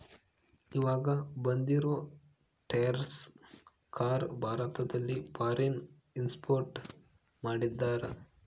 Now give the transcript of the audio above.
ಈವಾಗ ಬಂದಿರೋ Tesla car ಭಾರತದಲ್ಲಿ ಫಾರಿನ್ ಇನ್ವೆಸ್ಟ್ಮೆಂಟ್ ಮಾಡಿದರಾ